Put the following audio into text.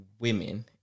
women